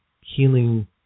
healing